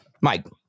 Mike